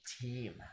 team